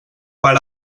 per